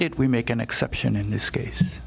did we make an exception in this case